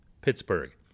Pittsburgh